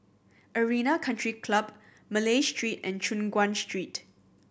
Arena Country Club Malay Street and Choon Guan Street